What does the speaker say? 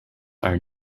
are